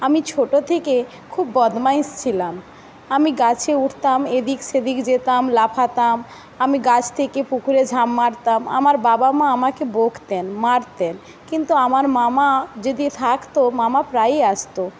আমি ছোট থেকে খুব বদমাইশ ছিলাম আমি গাছে উঠতাম এদিক সেদিক যেতাম লাফাতাম আমি গাছ থেকে পুকুরে ঝাঁপ মারতাম আমার বাবা মা আমাকে বকতেন মারতেন কিন্তু আমার মামা যদি থাকত মামা প্রায়ই আসত